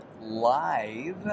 live